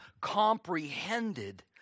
comprehended